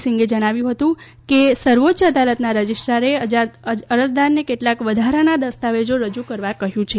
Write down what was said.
સિંગે જણાવ્યું હતું કે સર્વોચ્ય અદાલતના રજીસ્ટારે અરજદારને કેટલાંક વધારાના દસ્તાવેજો રજૂ કરવા કહ્યું છે